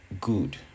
good